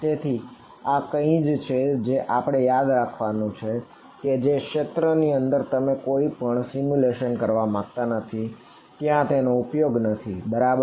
તેથી આ કંઈક છે જે આપડે યાદ રાખવાનું છે કે જે ક્ષેત્રમાં તમે કોઈપણ સિમ્યુલેશન કરવા માંગતા નથી ત્યાં તેનો ઉપયોગ નથી બરાબર